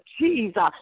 Jesus